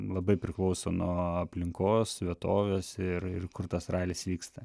labai priklauso nuo aplinkos vietovės ir ir kur tas ralis vyksta